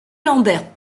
lambert